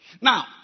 Now